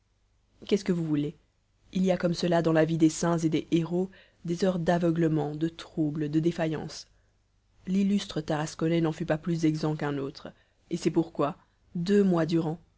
qu'est-ce que vous voulez il y a comme cela dans la vie des saints et des héros des heures d'aveuglement de trouble de défaillance l'illustre tarasconnais n'en fut pas plus exempt qu'un autre et c'est pourquoi deux mois